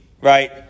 right